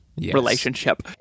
relationship